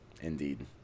indeed